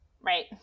Right